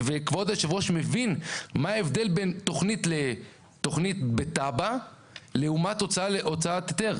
וכבוד יושב הראש מבין מה ההבדל בין תכנית בתב"ע לעומת הוצאת היתר.